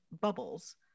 bubbles